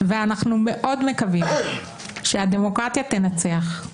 ואנחנו מאוד מקווים שהדמוקרטיה תנצח.